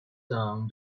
down